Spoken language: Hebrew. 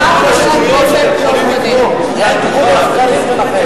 אין גבול לציניות, אין גבול לשטויות.